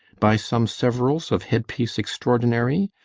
by some severals of head-piece extraordinary?